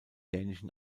dänischen